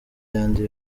ayandi